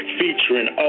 featuring